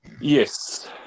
yes